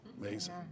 amazing